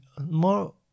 More